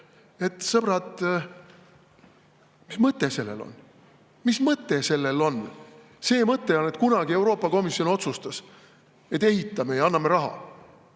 huugama. Sõbrad, mis mõte sellel on? Mis mõte sellel on?! See mõte on, et kunagi Euroopa Komisjon otsustas, et ehitame ja anname raha,